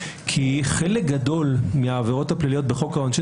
כי חלק גדול מהעבירות הפליליות בחוק העונשין